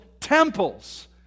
temples